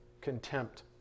contempt